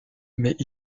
mais